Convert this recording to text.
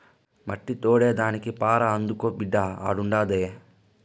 మట్టి తోడేదానికి పార అందుకో బిడ్డా ఆడుండాది